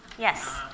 Yes